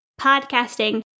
podcasting